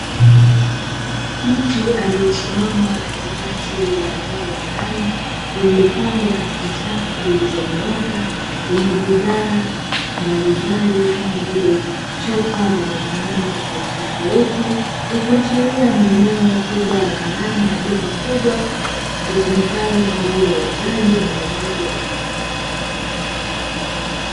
Mtu aliyesimama katikati ya eneo la ndani lililopangwa katika safu zilizonyooka zenye bidhaa mbalimbali kama vile chupa zenye vinywaji tofautitofauti. ikiashiria ni eneo kubwa la ndani ya duka kubwa litumikalo kwa ajili ya uuzaji na ununuzi wa bidhaa.